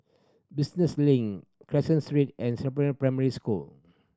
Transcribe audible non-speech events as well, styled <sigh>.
Business Link Caseen Street and <unintelligible> Primary School